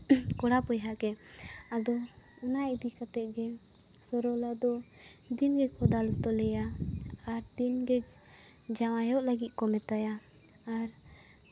ᱠᱚᱲᱟ ᱵᱚᱭᱦᱟ ᱜᱮ ᱟᱫᱚ ᱚᱱᱟ ᱤᱫᱤ ᱠᱟᱛᱮ ᱜᱮ ᱥᱚᱨᱚᱞᱟ ᱫᱚ ᱫᱤᱱ ᱜᱮᱠᱚ ᱫᱟᱞ ᱛᱚᱞᱮᱭᱟ ᱟᱨ ᱫᱤᱱ ᱜᱮ ᱡᱟᱶᱟᱭᱚᱜ ᱞᱟᱹᱜᱤᱫ ᱠᱚ ᱢᱮᱛᱟᱭᱟ ᱟᱨ